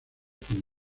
con